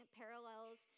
parallels